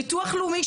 ביטוח לאומי,